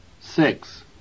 Six